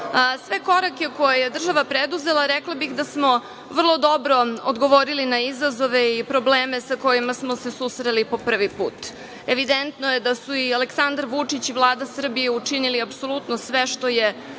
sve korake koje je država preduzela, rekla bih da smo vrlo dobro odgovorili na izazove i probleme sa kojima smo se susreli po prvi put. Evidentno je da su i Aleksandar Vučić i Vlada Srbije učinili apsolutno sve što je struka